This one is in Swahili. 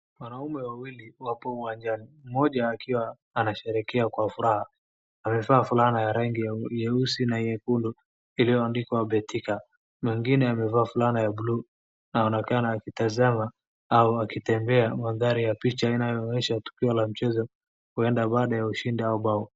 Wanaume wawili mmoja akiwa anasherekea kwa furaha amevaa fulana ya rangi nyeusi na nyekundu ilioyoandikwa Betika . Mwingine amevaa fulana ya bluu na anaonekana akitazama au akitembea mandari ya picha yanaonyesha tukiwa na mchezo baada ya ushindi au bado.